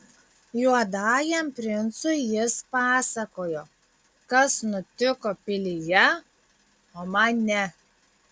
juodajam princui jis pasakojo kas nutiko pilyje o man ne